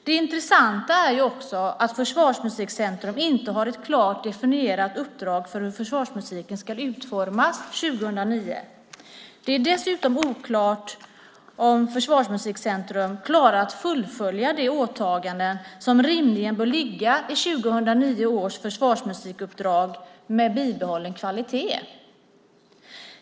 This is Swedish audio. Det intressanta är också att Försvarsmusikcentrum inte har ett klart definierat uppdrag för hur försvarsmusiken ska utformas 2009. Det är dessutom oklart om Försvarsmusikcentrum klarar att fullfölja det åtagande som rimligen bör ligga i 2009 års försvarsmusikuppdrag med bibehållen kvalitet.